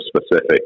specific